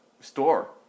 store